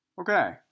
Okay